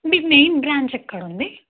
మీకు main branch ఎక్కడుంది